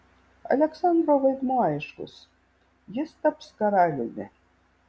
aleksandro vaidmuo aiškus jis taps karaliumi